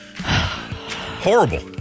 Horrible